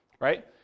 right